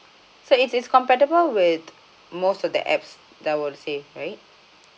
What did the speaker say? so it is compatible with most of the apps that would say right